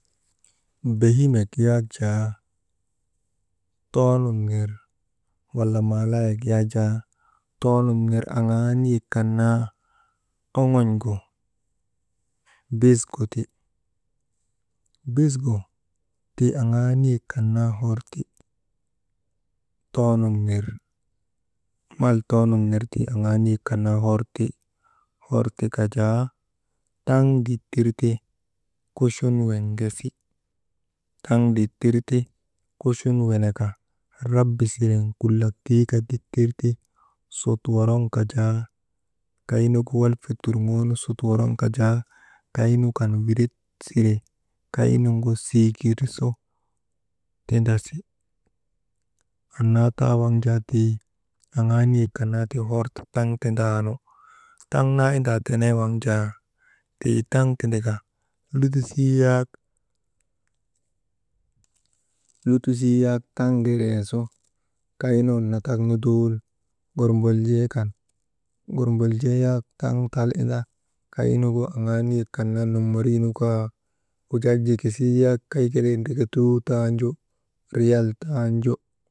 Behimek yak jaa, wala maalayek yak jaa too nun ner aŋaa niyek kan naa oŋon̰gu bisgu ti. Bisgu tii aŋaa niyek kan naa hor ti, too nun ner mal too nun ner tii aŋaa niyek kan naa horti. Hor ti ka jaa taŋ dittir kuchun weŋgesi, taŋ dittir ti « hesitation » kaynu walfa turŋoonu sut woroŋ kaa jaa, kaynu kan wiret sire kaynuŋgu sikir sire tindasi, anna taa waŋ jaa tii aŋaa niyek kan naa tii hor ti taŋ tindaanu, taŋ naa indaa tenee waŋ jaa, tii taŋ tinda ka «hesitation», lutusii yak taŋ ŋereesu kay nun natkak dool ŋormboljee kan, ŋormboljee yak taŋ tal inda kay nugu aŋaa niyek kan nommoriinu kaa, wujaa, jikisii yak kay kelee ndreketuu taan ju riyal taan ju.